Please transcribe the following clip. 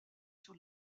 sur